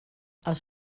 els